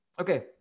Okay